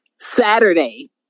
Saturday